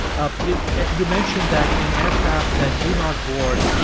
um you mentioned that in aircraft that do not board,